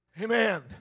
Amen